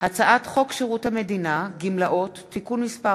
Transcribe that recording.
הצעת חוק שירות המדינה (גמלאות) (תיקון מס'